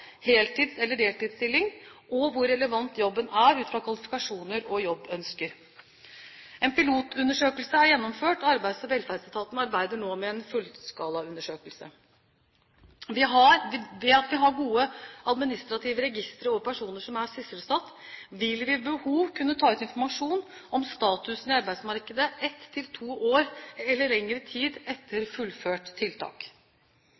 heltids- eller deltidsstilling, og hvor relevant jobben er ut fra kvalifikasjoner og jobbønsker. En pilotundersøkelse er gjennomført, og Arbeids- og velferdsetaten arbeider nå med en fullskalaundersøkelse. Ved at vi har gode administrative registre over personer som er sysselsatt, vil vi ved behov kunne ta ut informasjon om statusen i arbeidsmarkedet ett til to år eller lengre tid